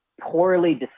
poorly